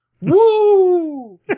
Woo